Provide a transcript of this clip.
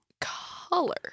color